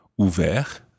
Ouvert